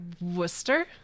Worcester